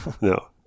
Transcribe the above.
no